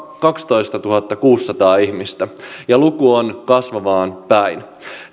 kaksitoistatuhattakuusisataa ihmistä ja luku on kasvamaan päin